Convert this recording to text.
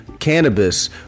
cannabis